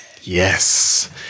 Yes